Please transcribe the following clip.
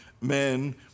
men